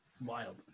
wild